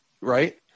right